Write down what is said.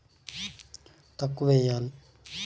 వర్షా కాలంలో పట్టు పురుగులకు మేత వేసే పద్ధతులు ఏంటివి?